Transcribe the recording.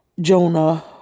Jonah